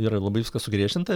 yra labai viskas sugriežtinta